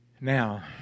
Now